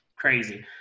crazy